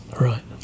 right